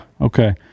Okay